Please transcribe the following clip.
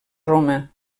roma